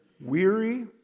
weary